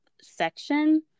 section